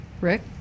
rick